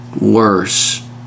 worse